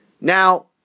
Now